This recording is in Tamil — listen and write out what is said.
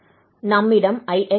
நம்மிடம் 𝑖𝑥 உள்ளது